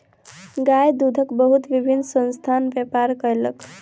गाय दूधक बहुत विभिन्न संस्थान व्यापार कयलक